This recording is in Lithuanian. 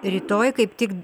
rytoj kaip tik